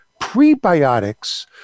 prebiotics